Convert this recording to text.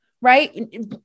right